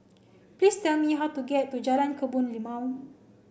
please tell me how to get to Jalan Kebun Limau